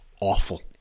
awful